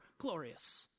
glorious